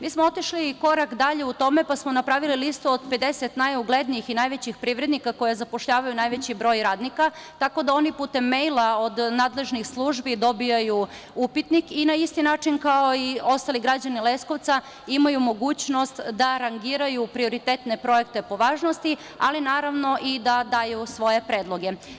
Mi smo otišli i korak dalje u tome pa smo napravili listu od 50 najuglednijih i najvećih privrednika koji zapošljavaju najveći broj radnika, tako da oni putem mejla od nadležnih službi dobijaju upitnik i na isti način kao i ostali građani Leskovca imaju mogućnost da rangiraju prioritetne projekte po važnosti, ali i da daju svoje predloge.